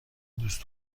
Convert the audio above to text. دوست